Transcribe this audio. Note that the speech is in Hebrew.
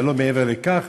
אבל לא מעבר לכך,